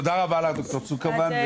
תודה רבה ד"ר צימרמן,